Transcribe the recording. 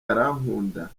arankunda